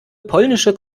polnische